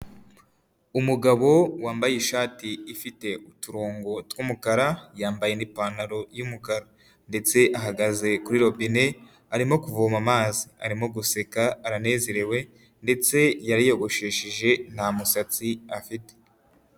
Umugabo wambaye ishati ifite uturongo tw'umukara, yambaye n'ipantaro y'umukara ndetse ahagaze kuri robine arimo kuvoma amazi, arimo guseka, aranezerewe ndetse yariyogoshesheje nta musatsi afite.